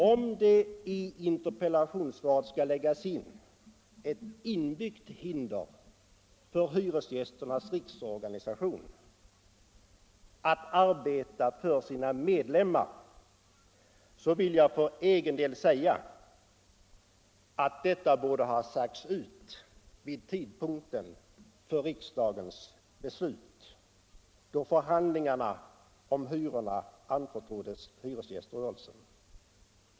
Om det i interpellationssvaret skall läggas in ett inbyggt hinder för Hyresgästernas riksorganisation att arbeta för sina medlemmar, vill jag för egen del säga att detta borde ha sagts ut vid tidpunkten för riksdagens beslut, då förhandlingarna om hyrorna anförtroddes hyresgäströrelsen.